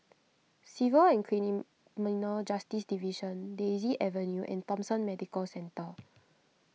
Civil and Criminal Justice Division Daisy Avenue and Thomson Medical Centre